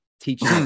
teaching